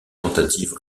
tentative